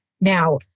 Now